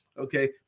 Okay